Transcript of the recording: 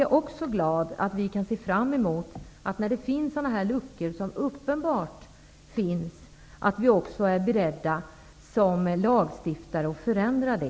När det finns sådana här uppenbara luckor är jag glad över att vi som lagstiftare är beredda att göra förändringar.